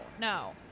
no